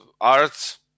arts